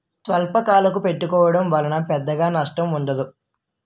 స్వల్పకాలకు పెట్టుకోవడం వలన పెద్దగా నష్టం ఉండదు